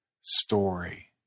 story